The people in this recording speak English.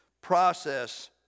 process